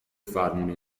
فرمون